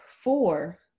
four